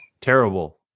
Terrible